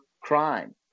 crime